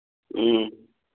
ꯎꯝ